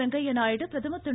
வெங்கய்ய நாயுடு பிரதமா் திரு